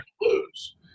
Lose